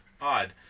Odd